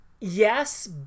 Yes